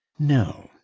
no,